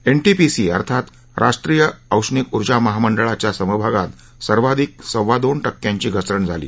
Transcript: NTPC अर्थात राष्ट्रीय औष्णिक ऊर्जा महामंडळाच्या समभागात सर्वाधिक सव्वा दोन टक्क्यांची घसरण झाली